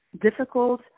difficult